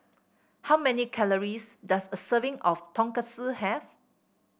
how many calories does a serving of Tonkatsu have